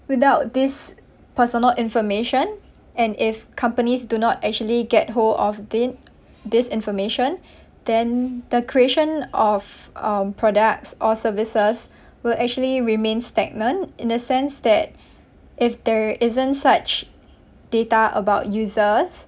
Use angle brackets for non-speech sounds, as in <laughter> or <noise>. without this personal information and if companies do not actually get hold of the this information <breath> then the creation of um products or services will actually remain stagnant in the sense that <breath> if there isn't such data about users